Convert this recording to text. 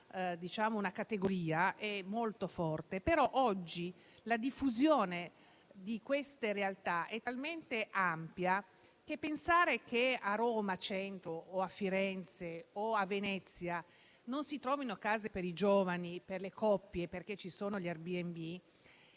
una categoria è molto forte, però oggi la diffusione di queste realtà è talmente ampia che pensare che a Roma centro, a Firenze o a Venezia non si trovino case per i giovani, per le coppie, perché ci sono gli Airbnb